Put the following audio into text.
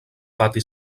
pati